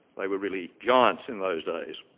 they were really giants in those days.